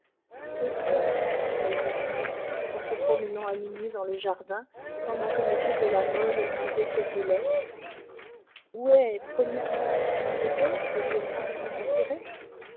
que faire se disait julien en se promenant à minuit dans le jardin pendant que m de la mole lisait cette lettre où est o mon devoir o mon intérêt